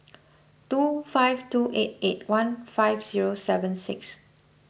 two five two eight eight one five zero seven six